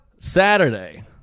Saturday